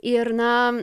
ir na